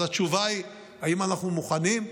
אז האם אנחנו מוכנים?